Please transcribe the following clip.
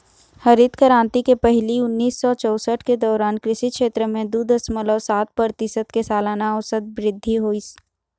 हरित करांति के पहिली उन्नीस सौ चउसठ के दउरान कृषि छेत्र म दू दसमलव सात परतिसत के सलाना अउसत बृद्धि होइस